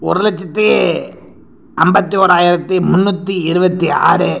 ஒரு லட்சத்து ஐம்பத்தி ஓராயிரத்து முந்நூற்றி இருபத்தி ஆறு